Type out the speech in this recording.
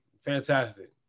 fantastic